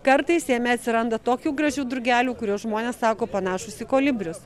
kartais jame atsiranda tokių gražių drugelių kuriuos žmonės sako panašūs į kolibrius